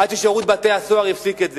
עד ששירות בתי-הסוהר הפסיק את זה.